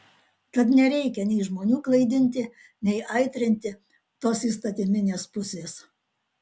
tad nereikia nei žmonių klaidinti nei aitrinti tos įstatyminės pusės